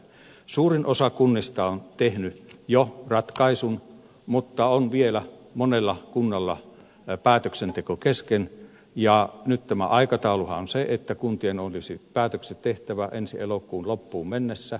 suurin osa kunnista on tehnyt jo ratkaisunsa mutta vielä monella kunnalla on päätöksenteko kesken ja nyt tämä aikatauluhan on se että kuntien olisi päätökset tehtävä ensi elokuun loppuun mennessä